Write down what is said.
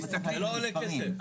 זה לא עולה כסף.